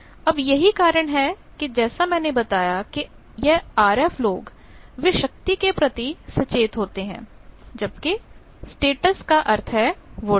अब यही कारण है कि जैसा मैंने बताया कि यह आरएफ लोग वे शक्ति के प्रति सचेत होते हैं जबकि स्टेटस का अर्थ है वोल्टेज